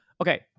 Okay